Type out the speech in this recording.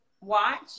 Watch